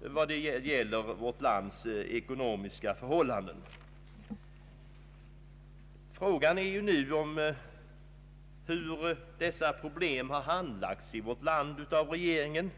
när det gäller vårt lands ekonomi. Frågan är nu hur de ekonomiska problemen i vårt land handlagts av regeringen.